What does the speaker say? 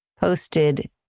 posted